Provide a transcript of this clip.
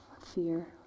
fear